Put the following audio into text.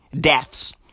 deaths